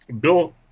Bill